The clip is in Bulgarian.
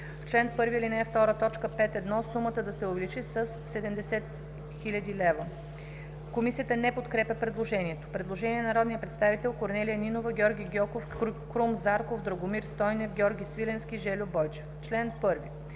чл. 1, ал. 2, т. 5.1. сумата да се увеличи с 70 000,0 лв.“ Комисията не подкрепя предложението. Предложение на народните представители Корнелия Нинова, Георги Гьоков, Крум Зарков, Драгомир Стойнев, Георги Свиленски и Жельо Бойчев. В чл.